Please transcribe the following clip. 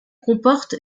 comporte